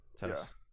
toast